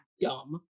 dumb